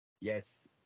Yes